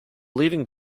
leaving